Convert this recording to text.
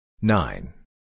Nine